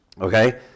Okay